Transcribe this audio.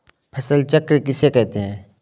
फसल चक्र किसे कहते हैं?